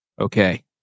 okay